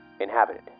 inhabited